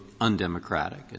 undemocratic